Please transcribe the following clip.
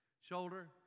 shoulder